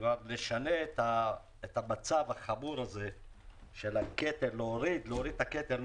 נשנה את המצב החמור הזה ונוריד את הקטל.